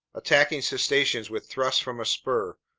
attacking cetaceans with thrusts from a spur!